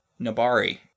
Nabari